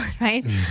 right